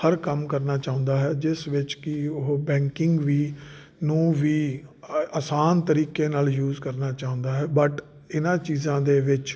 ਹਰ ਕੰਮ ਕਰਨਾ ਚਾਹੁੰਦਾ ਹੈ ਜਿਸ ਵਿੱਚ ਕਿ ਉਹ ਬੈਂਕਿੰਗ ਵੀ ਨੂੰ ਵੀ ਆ ਆਸਾਨ ਤਰੀਕੇ ਨਾਲ ਯੂਜ਼ ਕਰਨਾ ਚਾਹੁੰਦਾ ਹੈ ਬਟ ਇਹਨਾਂ ਚੀਜ਼ਾਂ ਦੇ ਵਿੱਚ